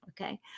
Okay